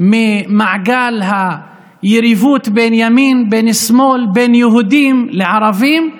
ממעגל היריבות בין ימין לשמאל, בין יהודים לערבים,